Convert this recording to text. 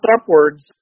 upwards